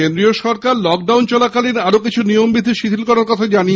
কেন্দ্রীয় সরকার লকডাউন চলাকালীন গতকাল আরও কিছু নিয়মবিধি শিথিল করার কথা জানিয়েছেন